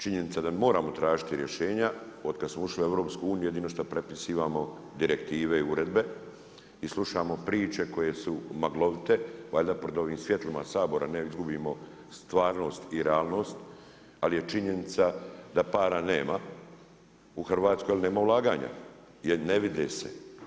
Činjenica da moramo tražiti rješenja otkad smo ušli u EU, jedino što prepisivamo direktive i uredbe, i slušamo priče koje su maglovite, valjda pred ovim svjetlima Sabora da ne izgubimo stvarnost i realnost ali je činjenica da para nema u Hrvatskoj jer nema ulaganja, jer ne vide se.